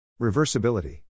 Reversibility